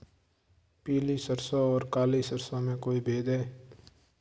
पीली सरसों और काली सरसों में कोई भेद है?